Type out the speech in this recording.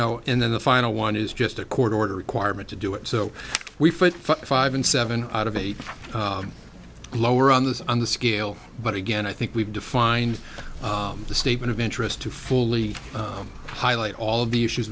know and then the final one is just a court order requirement to do it so we foot five in seven out of eight lower on the on the scale but again i think we've defined the statement of interest to fully highlight all of the issues